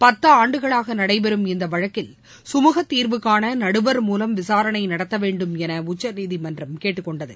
பத்தாண்டுகளாக நடைபெறும் இந்த வழக்கில் குமூக தீர்வு காண நடுவர் மூலம் விசாரணை நடத்தவேண்டும் என உச்சநீதிமன்றம் கேட்டுக்கொண்டது